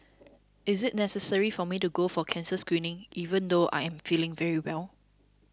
is it necessary for me to go for cancer screening even though I am feeling very well